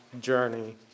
journey